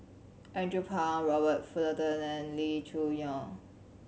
Andrew Phang Robert Fullerton and Lee Choo Neo